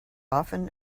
often